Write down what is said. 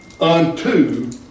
unto